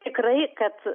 tikrai kad